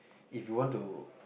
if you want to